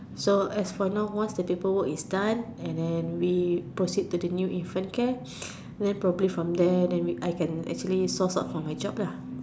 so as for now once the paperwork is done and then we proceed to the new infant care then probably from there then we I can actually solve up for my job